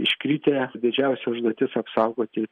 iškritę didžiausia užduotis apsaugoti